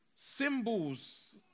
symbols